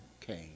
came